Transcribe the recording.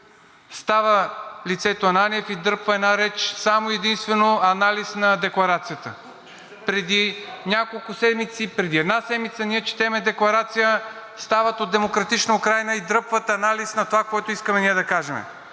става лицето Ананиев и дръпва една реч, само и единствено анализ на декларацията. Преди няколко седмици, преди една седмица ние четем декларация, стават от „Демократична Украйна“ и дръпват анализ на това, което искаме ние да кажем.